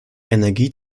energie